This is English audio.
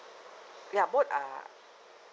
ya both are